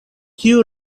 kiu